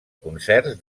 concerts